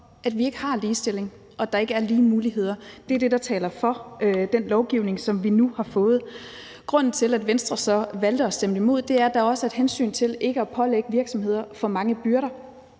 at vi ikke har ligestilling, og at der ikke er lige muligheder. Det er det, der taler for den lovgivning, som vi nu har fået. Grunden til, at Venstre så valgte at stemme imod, er, at der også er et hensyn til ikke at pålægge virksomheder for mange byrder.